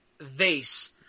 vase